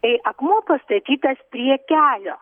tai akmuo pastatytas prie kelio